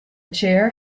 chair